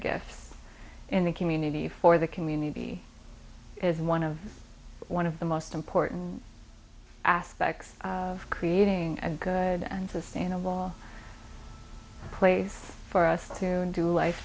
gifts in the community for the community is one of one of the most important aspects of creating a good and sustainable place for us to do life